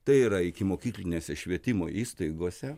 tai yra ikimokyklinėse švietimo įstaigose